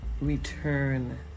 return